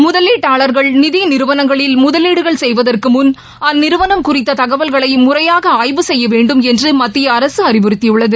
முதலீட்டாளர்கள் நிதி நிறுவனங்களில் முதலீடுகள் செய்வதற்கு முன் அந்நிறுவனம் குறித்த தகவல்களை முறையாக ஆய்வு செய்ய வேண்டும் என்று மத்திய அரசு அறிவறுத்தியுள்ளது